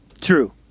True